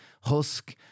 husk